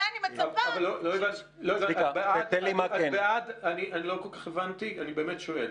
לא כל כך הבנתי, אני באמת שואל.